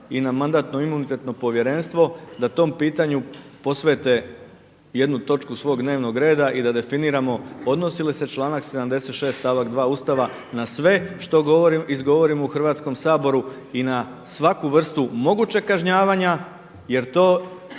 i na Mandatno-imunitetno povjerenstvo da tom pitanju posvete jednu točku svog dnevnog reda i da definiramo odnosi li se članak 76.stavak 2. Ustava na sve što izgovorimo u Hrvatskom saboru i na svaku vrstu mogućeg kažnjavanja jer to